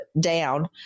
down